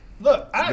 Look